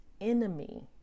enemy